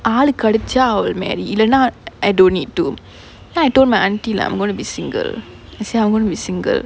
ஆளு கெடச்சா:aalu kedachaa I will marry இல்லனா:illana I don't need to then I told my aunt like I'm gonna be single I said I'm gonna be single